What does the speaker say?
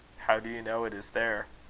how do you know it is there?